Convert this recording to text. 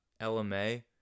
LMA